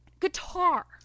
guitar